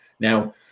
Now